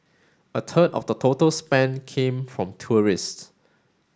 a third of the total spend came from tourists